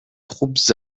troupes